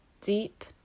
deep